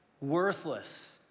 worthless